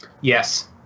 Yes